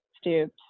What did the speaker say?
Stoops